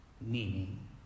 meaning